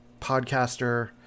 podcaster